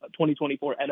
2024